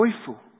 joyful